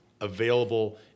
available